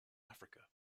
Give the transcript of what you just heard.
africa